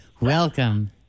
Welcome